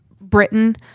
Britain